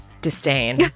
disdain